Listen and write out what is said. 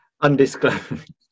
undisclosed